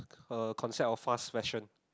uh concept of fast fashion